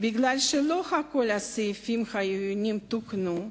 ובגלל שלא כל הסעיפים החיוניים תוקנו,